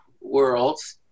worlds